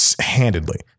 handedly